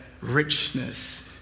richness